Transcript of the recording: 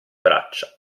braccia